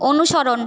অনুসরণ